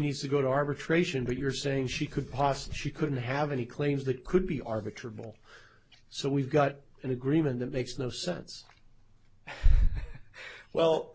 needs to go to arbitration but you're saying she could possibly she couldn't have any claims that could be arbiter bill so we've got an agreement that makes no sense well